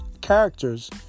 characters